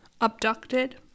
abducted